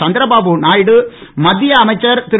சந்திரபாபு நாயுடு மத்திய அமைச்சச் திரு